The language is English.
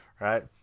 right